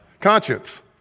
Conscience